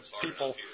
people